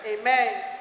amen